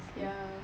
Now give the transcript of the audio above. ya